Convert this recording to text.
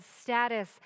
status